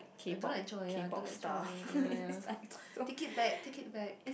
I don't like Joy ya I don't like Joy ya ya take it back take it back